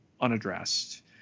unaddressed